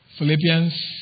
Philippians